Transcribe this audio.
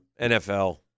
NFL